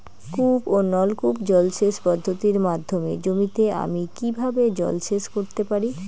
কূপ ও নলকূপ জলসেচ পদ্ধতির মাধ্যমে জমিতে আমি কীভাবে জলসেচ করতে পারি?